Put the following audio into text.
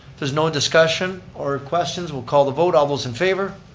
there's no discussion or questions, we'll call the vote. all those in favor?